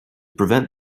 prevent